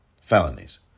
felonies